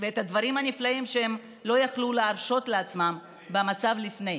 ואת הדברים הנפלאים שהם לא יכלו להרשות לעצמם במצב שלפני.